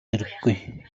хэрэггүй